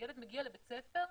שכשילד מגיע לבית ספר,